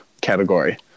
category